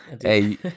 hey